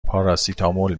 پاراسیتامول